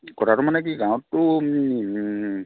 কথাটো মানে কি গাঁৱতটো